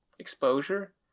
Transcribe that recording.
Exposure